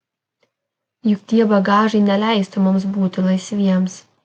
juk tie bagažai neleistų mums būti laisviems